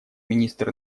министр